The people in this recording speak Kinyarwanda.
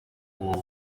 ubu